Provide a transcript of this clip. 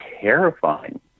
terrifying